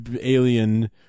alien